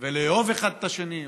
ולאהוב אחד את השני,